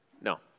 No